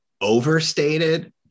overstated